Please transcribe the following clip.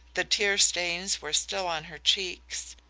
the tear-stains were still on her cheeks.